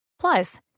Plus